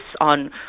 on